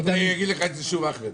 עוד רגע הוא יגיד לך את זה שוב, אחמד.